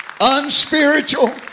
unspiritual